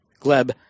Gleb